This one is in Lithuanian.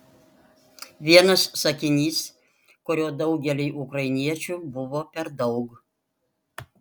vienas sakinys kurio daugeliui ukrainiečių buvo per daug